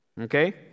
okay